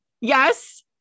Yes